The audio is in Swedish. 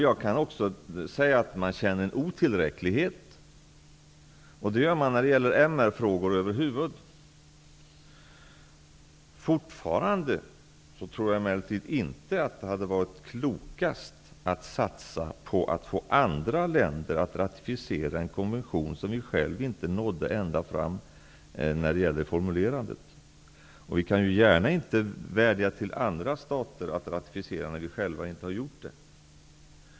Man känner också en otillräcklighet över huvud taget när det gäller MR-frågor. Jag tror däremot fortfarande att det inte hade varit klokast att satsa på att få andra länder att ratificera en konvention där vi själva inte nådde ända fram vid formulerandet. Vi kan ju gärna inte vädja till andra stater att ratificera när vi själva inte har gjort det.